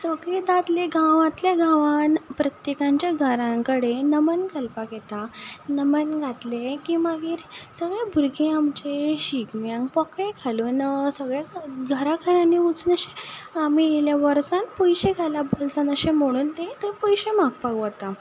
सगले दादले गांवांतल्या गांवान प्रत्येकांच्या घरां कडेन नमन घालपाक येता नमन घातलें की मागीर सगळे भुरगे आमचे शिगम्यांक पोकळे घालून सगळे घालून घराघरांनी वचून अशे आमी येयल्या वर्सान पयशे घाला बोल्सान अशें म्हणून ते थंय पयशे मागपाक वता